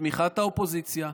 בתמיכת האופוזיציה.